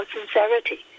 sincerity